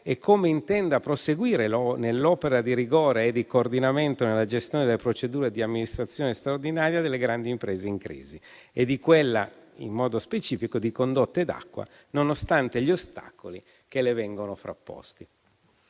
e come intenda proseguire nell'opera di rigore e di coordinamento nella gestione della procedura di amministrazione straordinaria delle grandi imprese in crisi e, in modo specifico, di quella di Condotte d'Acqua, nonostante gli ostacoli che le vengono frapposti.